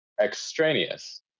extraneous